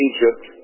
Egypt